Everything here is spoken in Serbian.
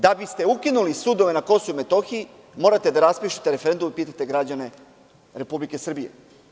Jer, da biste ukinuli sudove na Kosovu i Metohiji, morate da raspišete referendum i pitate građane Republike Srbije.